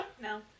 no